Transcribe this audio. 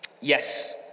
Yes